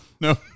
no